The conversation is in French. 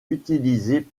utilisé